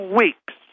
weeks